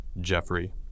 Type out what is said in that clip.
Jeffrey